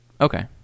Okay